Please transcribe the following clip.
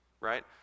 right